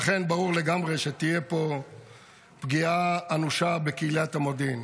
לכן ברור לגמרי שתהיה פה פגיעה אנושה בקהילת המודיעין.